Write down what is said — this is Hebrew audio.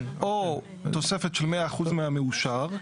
או תוספת של 100% מהמאושר,